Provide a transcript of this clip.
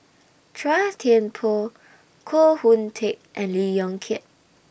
Chua Thian Poh Koh Hoon Teck and Lee Yong Kiat